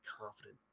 confident